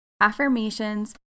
Affirmations